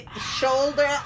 shoulder